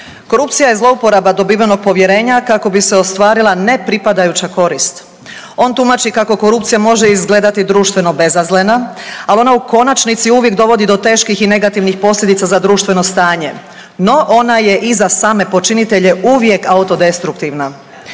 „Korupcija je zlouporaba dobivenog povjerenja kako bi se ostvarila ne pripadajuća korist“. On tumači kako korupcija može izgledati društveno bezazlena, ali ona u konačnici uvijek dovodi do teških i negativnih posljedica za društveno stanje. No, ona je i za same počinitelje uvijek autodestruktivna.